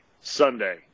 Sunday